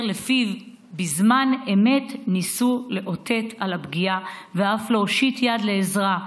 שלפיו בזמן אמת ניסו לאותת על הפגיעה ואף להושיט יד לעזרה,